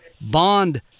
bond